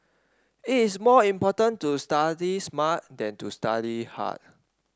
it is more important to study smart than to study hard